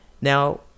Now